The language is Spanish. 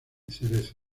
cerezo